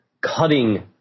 cutting